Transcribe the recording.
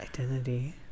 Identity